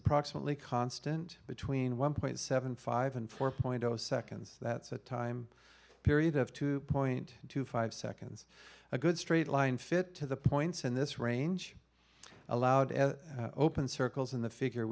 approximately constant between one point seven five and four point zero seconds that's a time period of two point two five seconds a good straight line fit to the points in this range allowed open circles in the figure